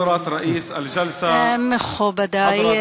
(אומר דברים